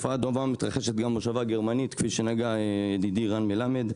תופעה דומה מתרחשת גם במושבה גרמנית כפי שסיפר ידידי רן מלמד.